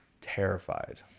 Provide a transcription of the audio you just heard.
terrified